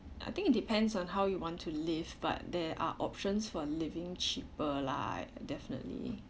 I think it depends on how you want to live but there are options for living cheaper lah definitely